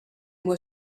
were